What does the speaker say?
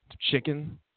Chicken